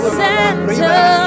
center